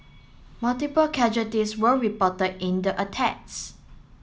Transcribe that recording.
multiple casualties were reported in the attacks